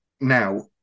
now